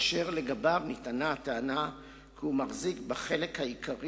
אשר לגביו נטענה הטענה כי הוא מחזיק בחלק העיקרי